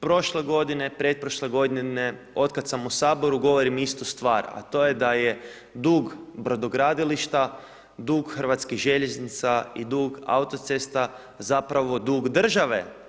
Prošle godine, pretprošle godine, od kad sam u Saboru, govorim istu stvar, a to je da je dug brodogradilišta, dug hrvatskih željeznica i dug autocesta, zapravo dug države.